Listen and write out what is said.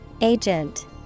Agent